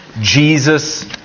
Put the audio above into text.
Jesus